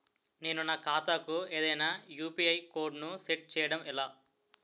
నేను నా ఖాతా కు ఏదైనా యు.పి.ఐ కోడ్ ను సెట్ చేయడం ఎలా?